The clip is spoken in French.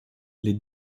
les